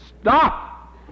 Stop